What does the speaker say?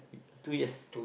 two years